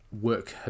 work